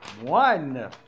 One